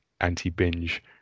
anti-binge